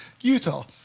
Utah